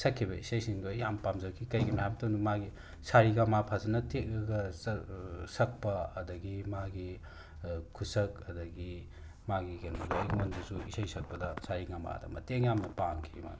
ꯁꯛꯈꯤꯕ ꯏꯁꯩꯁꯤꯡꯗꯣ ꯑꯩ ꯌꯥꯝ ꯄꯥꯝꯖꯈꯤ ꯀꯩꯒꯤꯅꯣ ꯍꯥꯏꯕ ꯃꯇꯝꯗ ꯃꯥꯒꯤ ꯁꯥꯔꯦꯒꯃꯥ ꯐꯖꯅ ꯊꯦꯛꯑꯒ ꯁꯛꯄ ꯑꯗꯒꯤ ꯃꯥꯒꯤ ꯈꯨꯁꯛ ꯑꯗꯒꯤ ꯃꯥꯒꯤ ꯀꯩꯅꯣꯗꯣ ꯑꯩꯉꯣꯟꯗꯁꯨ ꯏꯁꯩ ꯁꯛꯄꯗ ꯁꯥꯔꯦꯒꯃꯥꯗ ꯃꯇꯦꯡ ꯌꯥꯝꯅ ꯄꯥꯡꯈꯤ